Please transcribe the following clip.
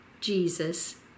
Jesus